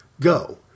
Go